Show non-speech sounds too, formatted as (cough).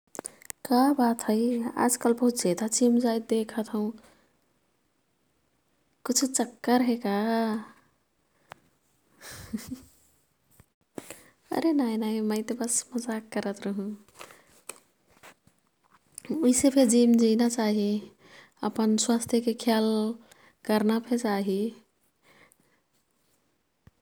का बात है आजकल बहुत जेदा जीम जाईत् देखत हौँ। कुछु चक्कर हे का? (laughs) अरे नाई नाई मै ते बस् मजाक करत् रूहुँ। उईसेफे जीम जिना चाही, अपन स्वास्थ्यके ख्याल कर्ना फे चाही।